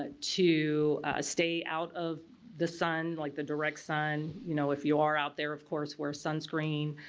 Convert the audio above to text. ah to stay out of the sun like the direct sun, you know if you are out there of course wear sunscreen,